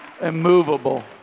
immovable